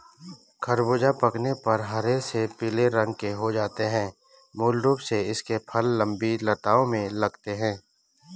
ख़रबूज़ा पकने पर हरे से पीले रंग के हो जाते है मूल रूप से इसके फल लम्बी लताओं में लगते हैं